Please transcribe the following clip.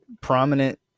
prominent